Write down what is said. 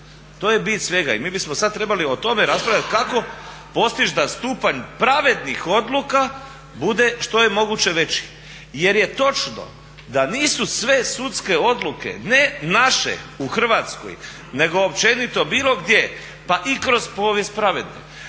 to je bit svega. I mi bismo sada trebali o tome raspravljati kako postići da stupanj pravednih odluka bude što je moguće veći jer je točno da nisu sve sudske odluke, ne naše, u Hrvatskoj nego općenito bilo gdje, pa i kroz povijest pravedne.